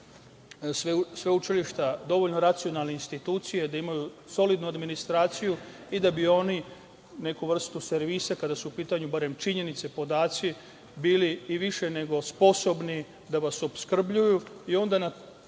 da su sveučilišta dovoljno racionalne institucije da imaju solidnu administraciju i da bi oni neku vrstu servisa, kada su u pitanju barem činjenice, podaci, bili i više nego sposobno da vas opskrbljuju